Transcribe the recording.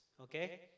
Okay